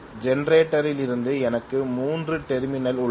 ஜெனரேட்டரிலிருந்து எனக்கு 3 டெர்மினல்கள் உள்ளன